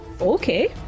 okay